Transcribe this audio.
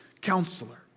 counselor